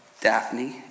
Daphne